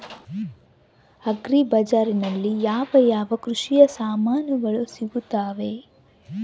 Agri ಬಜಾರಿನಲ್ಲಿ ಯಾವ ಯಾವ ಕೃಷಿಯ ಸಾಮಾನುಗಳು ಸಿಗುತ್ತವೆ?